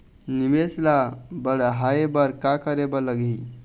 निवेश ला बड़हाए बर का करे बर लगही?